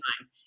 time